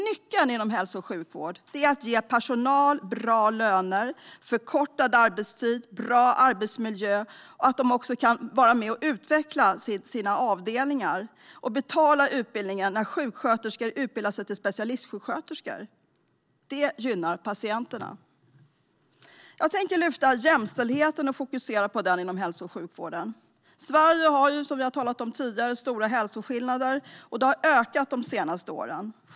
Nyckeln inom hälso och sjukvård är att ge personal bra löner, förkortad arbetstid, bra arbetsmiljö och att personalen också kan vara med och utveckla sina avdelningar, liksom att man betalar utbildningen när sjuksköterskor utbildar sig till specialistsjuksköterskor. Det gynnar patienterna. Jag tänker lyfta fram jämställdheten och fokusera på den inom hälso och sjukvården. Sverige har, som vi har sagt tidigare, stora hälsoskillnader, och de har ökat de senaste åren.